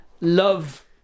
love